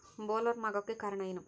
Bollworm ಆಗೋಕೆ ಕಾರಣ ಏನು?